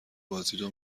بازیتو